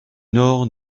nord